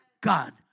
God